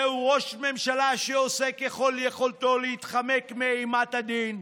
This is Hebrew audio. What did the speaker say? זהו ראש ממשלה שעושה ככל יכולתו להתחמק מאימת הדין.